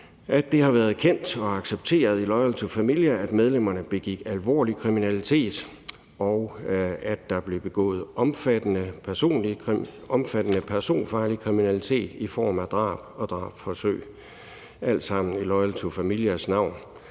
at det har været kendt og accepteret i Loyal to Familia, at medlemmerne begik alvorlig kriminalitet, og at der blev begået omfattende personfarlig kriminalitet i form af bl.a. drab og drabsforsøg i Loyal to Familias navn.